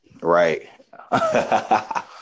Right